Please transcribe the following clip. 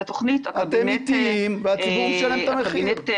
אנחנו נביא את התוכנית ---- אתם איטיים והציבור משלם את המחיר.